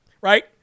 right